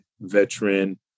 veteran